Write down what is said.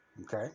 Okay